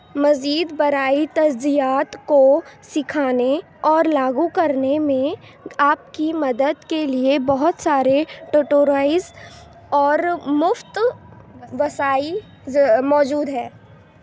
مزید برائے تجزیات کو سکھانے اور لاگو کرنے میں آپ کی مدد کے لیے بہت سارے ٹٹورائز اور مفت وسائز موجود ہے